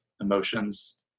emotions